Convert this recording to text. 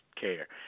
care